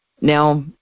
Now